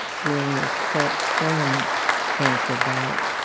during the colon colon cancer bout